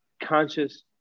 conscious